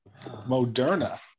Moderna